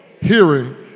Hearing